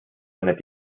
eine